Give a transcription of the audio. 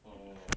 orh